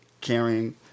Carrying